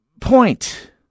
point